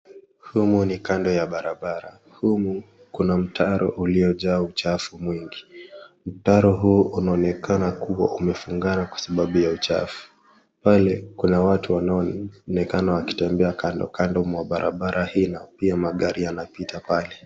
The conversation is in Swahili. Humu ni kando ya barabara. Humu kuna mtaro uliojaa uchafu mwingi. Mtaro huu unaonekana kuwa umefungana kwa sababu ya uchafu. Pale kuna watu wanaonekana wakitembea kando kando mwa barabara hilo. Pia magari yanapita pale.